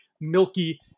milky